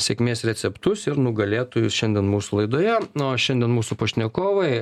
sėkmės receptus ir nugalėtojus šiandien mūsų laidoje na o šiandien mūsų pašnekovai